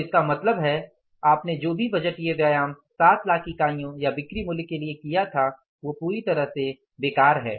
तो इसका मतलब है आपने जो भी बजटीय व्यायाम ७ लाख इकाइयों या बिक्री मूल्य के लिए किया वो पूरी तरह से बेकार है